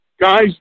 Guys